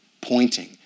pointing